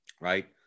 right